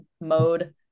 mode